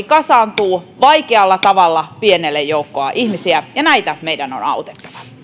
kasaantuu vaikealla tavalla pienelle joukolle ihmisiä ja näitä meidän on autettava